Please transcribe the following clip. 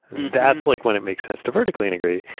that's like when it makes sense to vertically-integrate.